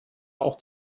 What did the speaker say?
auch